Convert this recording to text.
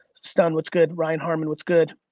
stan what's good, ryan harmen, what's good?